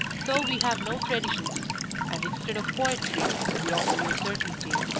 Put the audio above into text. so we have no traditions and instead of poetry, we offer you certainty.